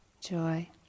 joy